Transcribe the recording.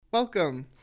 Welcome